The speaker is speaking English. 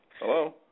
Hello